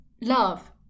love